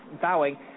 vowing